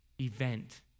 event